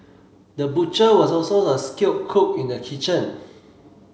the butcher was also a skilled cook in the kitchen